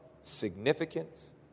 significance